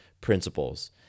principles